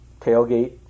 tailgate